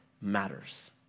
matters